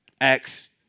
Acts